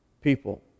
people